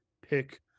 pick